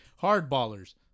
Hardballers